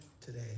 today